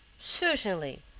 certainly,